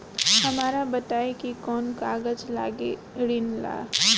हमरा बताई कि कौन कागज लागी ऋण ला?